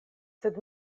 sed